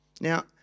Now